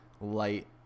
light